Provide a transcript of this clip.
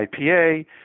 IPA